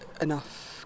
enough